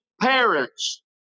parents